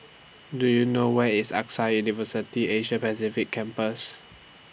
Do YOU know Where IS AXA University Asia Pacific Campus